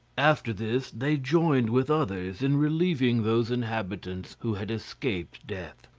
after this they joined with others in relieving those inhabitants who had escaped death.